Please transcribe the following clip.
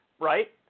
right